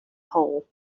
hole